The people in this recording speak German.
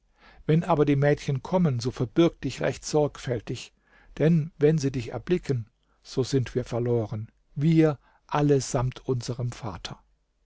wenn aber die mädchen kommen so verbirg dich recht sorgfältig denn wenn sie dich erblicken so sind wir verloren wir alle samt unserem vater